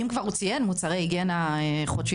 אם הוא כבר ציין מוצרי היגיינה חודשיים